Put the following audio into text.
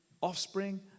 offspring